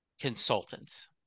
consultants